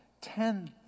Ten